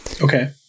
Okay